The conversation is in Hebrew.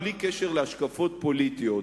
בלי הבדל של השקפות פוליטיות,